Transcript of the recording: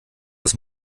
das